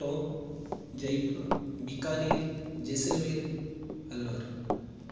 टोङ्क् जयपुरं बिकानेर् जैसल्मेर् अल्वर्